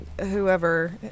whoever